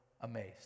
amazed